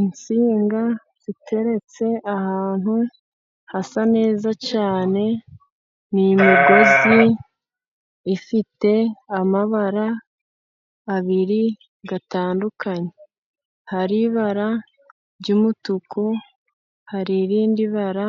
Insinga ziteretse ahantu hasa neza cyane, ni imigozi ifite amabara abiri atandukanye, hari ibara ry'umutuku, hari irindi bara